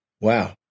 Wow